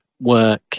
work